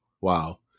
wow